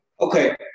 Okay